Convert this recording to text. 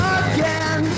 again